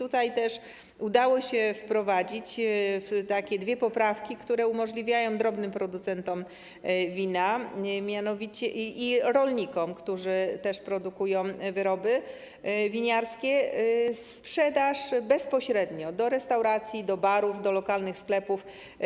Udało się wprowadzić dwie poprawki, które umożliwiają drobnym producentom wina i rolnikom, którzy też produkują wyroby winiarskie, sprzedaż bezpośrednio do restauracji, do barów, do lokalnych sklepów.